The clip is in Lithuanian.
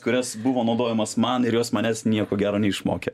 kurios buvo naudojamas man ir jos manęs nieko gero neišmokė